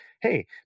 hey